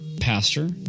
pastor